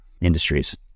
industries